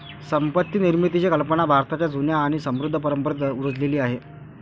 संपत्ती निर्मितीची कल्पना भारताच्या जुन्या आणि समृद्ध परंपरेत रुजलेली आहे